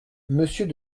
monsieur